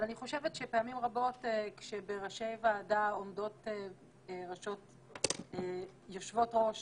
אבל אני חושבת שפעמים רבות כשבראשי ועדה עומדות יושבות ראש